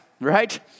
right